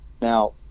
Now